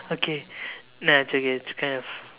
okay nah it's okay it's kind of